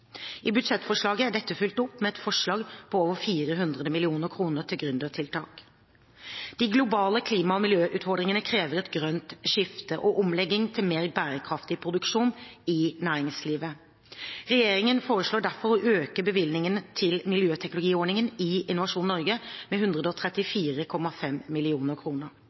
I budsjettforslaget er dette fulgt opp med et forslag på over 400 mill. kr til gründertiltak. De globale klima- og miljøutfordringene krever et grønt skifte og omlegging til mer bærekraftig produksjon i næringslivet. Regjeringen foreslår derfor å øke bevilgningene til miljøteknologiordningen i Innovasjon Norge med 134,5 mill. kr. I budsjettforliket er satsingen på gründerskap og